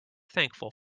thankful